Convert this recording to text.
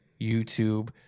YouTube